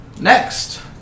Next